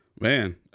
Man